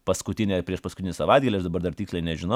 paskutinį ar priešpaskutinį savaitgalį aš dabar dar tiksliai nežinau